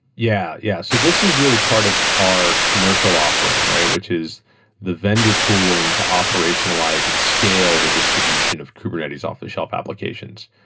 yeah. yeah so this is really part of our commercial offering, which is the vendor tooling to operationalize and scale the distribution of kubernetes off-the-shelf applications,